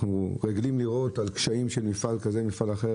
אנחנו רגילים לראות על קשיים של מפעל כזה או אחר,